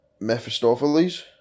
Mephistopheles